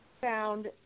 found